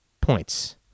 points